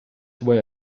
were